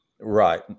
Right